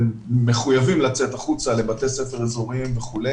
הם מחויבים לצאת החוצה לבתי ספר אזוריים וכו'.